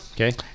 Okay